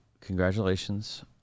congratulations